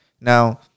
now